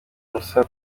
ubusa